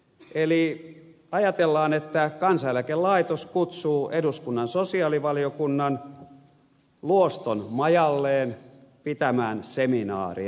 eli ajatellaan että kansaneläkelaitos kutsuu eduskunnan sosiaalivaliokunnan luoston majalleen pitämään seminaaria